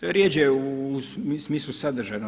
Rjeđe u smislu sadržajno.